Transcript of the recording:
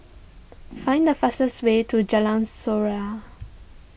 find the fastest way to Jalan Surau